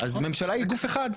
ממשלה היא גוף אחד,